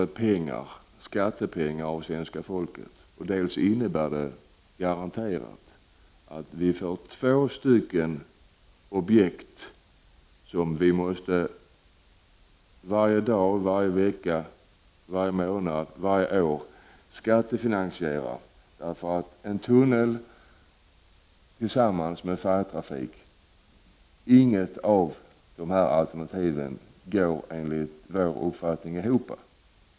Det kostar skattepengar och innebär garanterat att vi får två stycken objekt som vi varje dag, vecka, månad och år måste skattefinansiera. Varken en tunnel eller en färjetrafik går ekonomiskt ihop, enligt vår uppfattning.